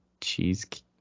cheesecake